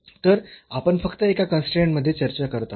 तर आपण फक्त एका कन्स्ट्रेन्ट मध्ये चर्चा करत आहोत